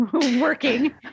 working